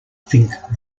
think